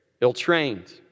ill-trained